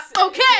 okay